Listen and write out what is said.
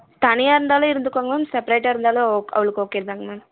தனியாக இருந்தாலும் இருந்துக்குவாங்க மேம் செப்ரேட்டாக இருந்தாலும் அவள் அவளுக்கு ஓகேதாங்க மேம்